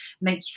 make